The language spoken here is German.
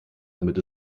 damit